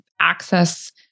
access